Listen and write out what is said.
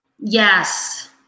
yes